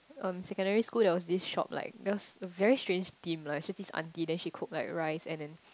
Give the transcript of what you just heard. um secondary school there was this shop like just a very strange theme lah so this auntie then she cook like rice and then